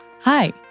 Hi